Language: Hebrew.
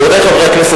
רבותי חברי הכנסת,